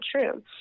true